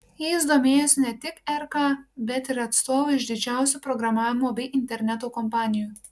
jais domėjosi ne tik rk bet ir atstovai iš didžiausių programavimo bei interneto kompanijų